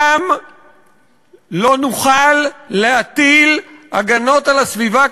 גם לא נוכל להטיל הגנות על הסביבה,